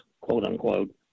quote-unquote